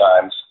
times